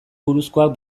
buruzkoak